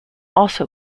also